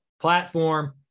platform